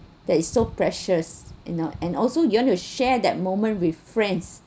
that is so precious in and al~ and also you want to share that moment with friends